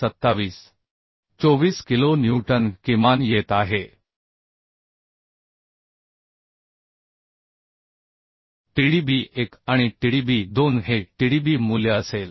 24 kilonewton किमान येत आहे tdb 1 आणि tdb 2 हे tdb मूल्य असेल